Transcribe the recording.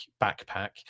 backpack